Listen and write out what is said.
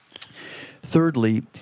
Thirdly